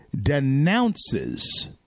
denounces